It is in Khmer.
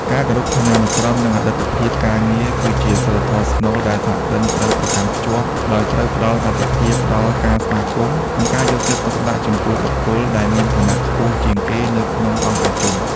ការគោរពឋានានុក្រម និងអតីតភាពការងារ គឺជាសីលធម៌ស្នូលដែលសហគ្រិនត្រូវប្រកាន់ខ្ជាប់ ដោយត្រូវផ្តល់អាទិភាពដល់ការស្វាគមន៍ និងការយកចិត្តទុកដាក់ចំពោះបុគ្គលដែលមានឋានៈខ្ពស់ជាងគេនៅក្នុងអង្គប្រជុំ។